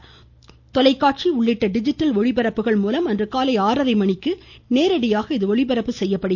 இது தொலைக்காட்சி உள்ளிட்ட டிஜிட்டல் ஒளிபரப்புகள் மூலம் அன்றுகாலை ஆறரை மணிக்கு நேரடியாக ஒளிபரப்பு செய்யப்படும்